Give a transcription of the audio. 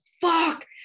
fuck